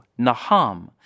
naham